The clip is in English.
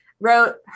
wrote